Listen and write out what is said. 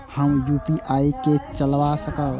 हम यू.पी.आई के चला सकब?